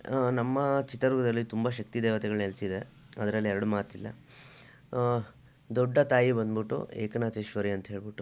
ನಮ್ಮ ಚಿತ್ರದುರ್ಗದಲ್ಲಿ ತುಂಬ ಶಕ್ತಿ ದೇವತೆಗಳು ನೆಲೆಸಿದೆ ಅದರಲ್ಲಿ ಎರಡು ಮಾತಿಲ್ಲ ದೊಡ್ಡ ತಾಯಿ ಬಂದುಬಿಟ್ಟು ಏಕನಾಥೇಶ್ವರಿ ಅಂತ ಹೇಳಿಬಿಟ್ಟು